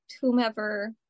whomever